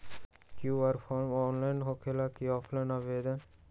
QR form online होकेला कि offline आवेदन?